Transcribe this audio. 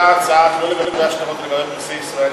אותה הצעה לגבי פרסי ישראל,